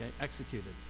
Executed